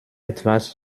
etwas